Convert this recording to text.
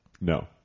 No